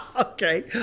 Okay